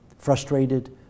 Frustrated